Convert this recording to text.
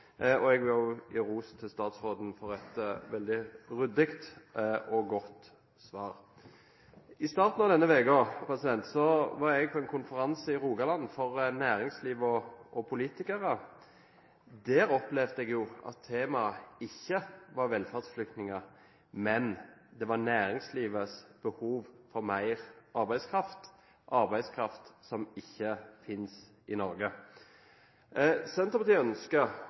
Jeg vil også gi ros til statsråden for et veldig ryddig og godt svar. I starten av denne uken var jeg på en konferanse i Rogaland for næringslivet og politikere. Der opplevde jeg at temaet ikke var velferdsflyktninger, men næringslivets behov for mer arbeidskraft – arbeidskraft som ikke finnes i Norge. Senterpartiet ønsker